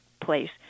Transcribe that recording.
place